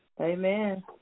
Amen